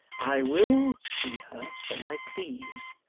i will see her when i please.